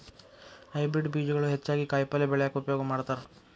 hybrid ಬೇಜಗಳು ಹೆಚ್ಚಾಗಿ ಕಾಯಿಪಲ್ಯ ಬೆಳ್ಯಾಕ ಉಪಯೋಗ ಮಾಡತಾರ